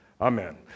Amen